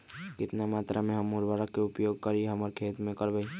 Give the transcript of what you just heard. कितना मात्रा में हम उर्वरक के उपयोग हमर खेत में करबई?